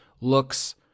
looks